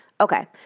Okay